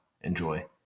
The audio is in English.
Enjoy